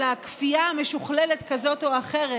אלא כפייה משוכללת כזאת או אחרת,